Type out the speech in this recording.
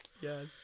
Yes